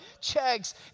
checks